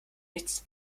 nichts